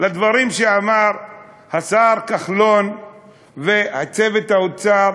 לדברים שאמרו השר כחלון וצוות האוצר,